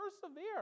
persevere